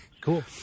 Cool